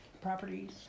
properties